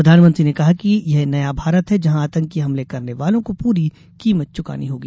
प्रधानमंत्री ने कहा कि यह नया भारत है जहां आतंकी हमले करने वालों को पूरी कीमत चुकानी होगी